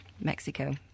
Mexico